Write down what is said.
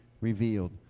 revealed